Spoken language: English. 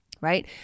right